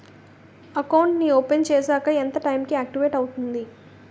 Account నీ open చేశాక ఎంత టైం కి ఆక్టివేట్ అవుతుంది?